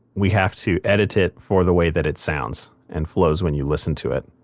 we have to edit it for the way that it sounds and flows when you listen to it,